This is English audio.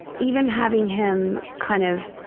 even having him kind of,